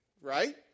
right